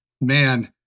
man